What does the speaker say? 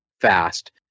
fast